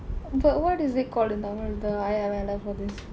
but what is it called in tamil the ஆயா வேலை:aayaa veelai for this